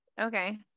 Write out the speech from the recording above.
okay